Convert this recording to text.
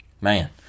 Man